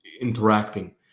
interacting